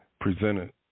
presented